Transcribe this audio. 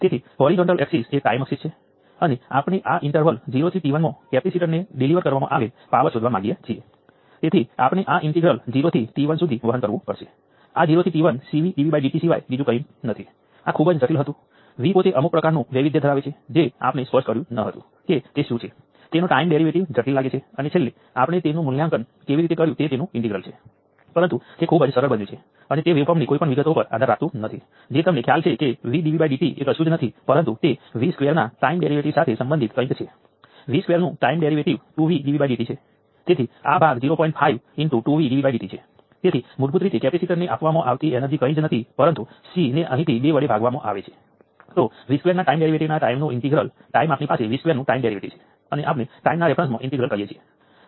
હું હજુ પણ એક ઉદાહરણ બતાવીશ ચાલો કહીએ કે મારી પાસે 5 કિલો ઓહ્મ રઝિસ્ટર સાથે 1 મિલિએમ્પનો કરંટ સોર્સ જોડાયેલ છે અને પહેલાની જેમ I પેસિવ સાઇન કન્વેન્શન અનુસાર રઝિસ્ટરના વોલ્ટેજ અને કરંટ તરીકે VR અને IR પસંદ કરીશ અને પેસિવ સાઇન કન્વેન્શન અનુસાર કરંટ સોર્સમાંથી V1 અને I1 પસંદ કરીશ